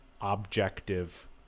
objective